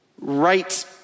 Right